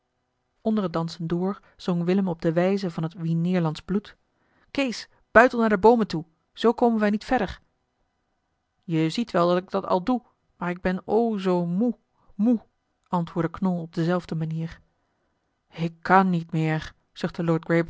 onder het dansen door zong willem op de wijze van het wien neerlandsch bloed kees buitel naar de boomen toe zoo komen wij niet verder je ziet wel dat ik dat al doe maar ik ben o zoo moe moe antwoordde knol op dezelfde manier ik kan niet meer zuchtte lord